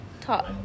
top